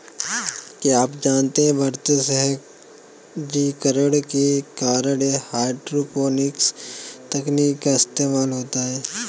क्या आप जानते है बढ़ते शहरीकरण के कारण हाइड्रोपोनिक्स तकनीक का इस्तेमाल होता है?